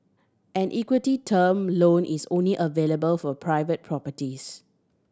an equity term loan is only available for private properties